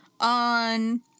on